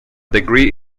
degree